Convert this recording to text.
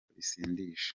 bisindisha